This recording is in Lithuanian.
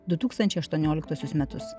du tūkstančiai aštuonioliktuosius metus